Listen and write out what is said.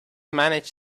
manage